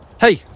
hey